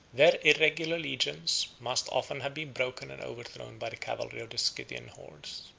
their irregular legions must often have been broken and overthrown by the cavalry of the scythian hordes.